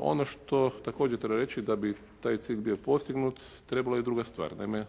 Ono što također treba reći da bi taj cilj bio postignut trebala je druga stvar. Naime,